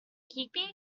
keeping